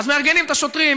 אז מארגנים את השוטרים,